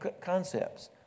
concepts